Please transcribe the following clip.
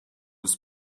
was